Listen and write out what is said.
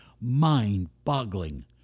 mind-boggling